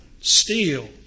steel